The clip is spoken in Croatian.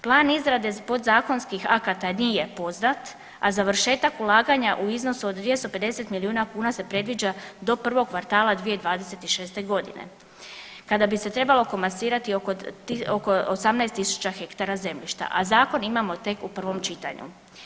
Plan izrade podzakonskih akata nije poznat, a završetak ulaganja u iznosu od 250 milijuna kuna se predviđa do prvog kvartala 2026.g. kada bi se trebalo komasiriti oko 18.000 hektara zemljišta, a zakon imamo tek u prvom čitanju.